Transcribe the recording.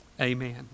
Amen